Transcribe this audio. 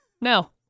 No